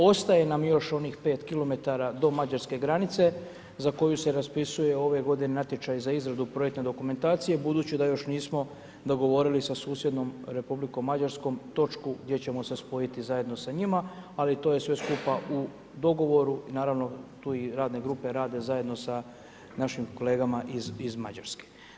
Ostaje nam još onih 5 km do Mađarske granice, za koju se raspisuje ove g. natječaj za izradu projektne dokumentacija, budući da još nismo dogovorili sa susjednom Republikom Mađarskom točku gdje ćemo se spojiti zajedno s njima, ali to je sve skupa u dogovoru, naravno, tu i radne grupe, rade zajedno sa našim kolegama iz Mađarske.